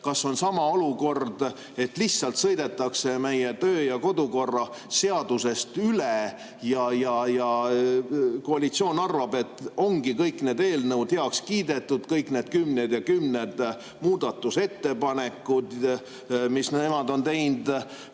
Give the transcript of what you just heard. kas on sama olukord, et lihtsalt sõidetakse meie kodu‑ ja töökorra seadusest üle ja koalitsioon arvab, et ongi kõik need eelnõud heaks kiidetud, kõik need kümned ja kümned muudatusettepanekud, mis nemad on teinud